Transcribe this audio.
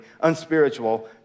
unspiritual